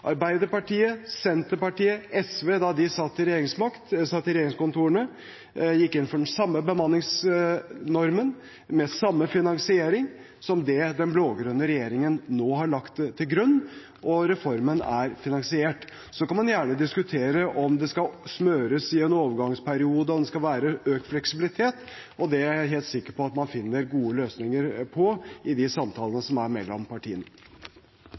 samme bemanningsnormen med samme finansiering som den blå-grønne regjeringen nå har lagt til grunn. Reformen er finansiert. Så kan man gjerne diskutere om det skal smøres i en overgangsperiode, og om det skal være økt fleksibilitet. Det er jeg helt sikker på man finner gode løsninger på i samtalene mellom partiene. Jeg synes det er